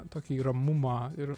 tokį ramumą ir